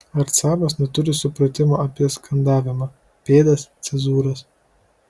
arcabas neturi supratimo apie skandavimą pėdas cezūras